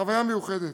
חוויה מיוחדת.